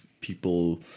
people